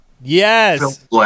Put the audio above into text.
Yes